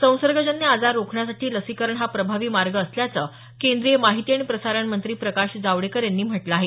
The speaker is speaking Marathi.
संसर्गजन्य आजार रोखण्यासाठी लसीकरण हा प्रभावी मार्ग असल्याचं केंद्रीय माहिती आणि प्रसारण मंत्री प्रकाश जावडेकर यांनी म्हटलं आहे